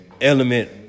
element